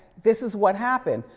this is what happened.